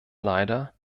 leider